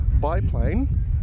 biplane